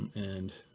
and